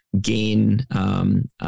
gain